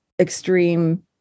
extreme